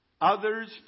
others